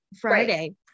Friday